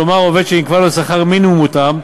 כלומר עובד שנקבע לו שכר מינימום מותאם,